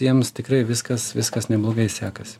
jiems tikrai viskas viskas neblogai sekas